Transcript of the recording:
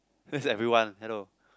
face everyone hello